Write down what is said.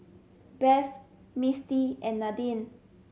Beth Misty and Nadine